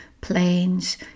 planes